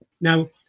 Now